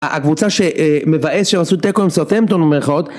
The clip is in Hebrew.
הקבוצה שמבאס שהם עשו תיקו בסאותהמפטון כביכול